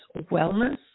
Wellness